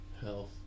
health